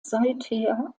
seither